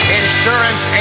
insurance